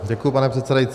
Děkuji, pane předsedající.